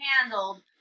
handled